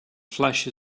flesh